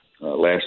last